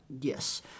Yes